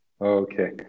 Okay